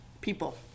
people